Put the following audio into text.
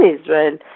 Israel